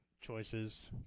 choices